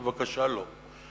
בבקשה, לא.